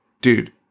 Dude